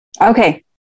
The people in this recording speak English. Okay